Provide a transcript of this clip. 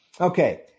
Okay